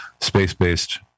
space-based